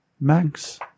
max